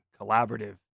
collaborative